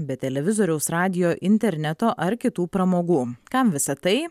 be televizoriaus radijo interneto ar kitų pramogų kam visa tai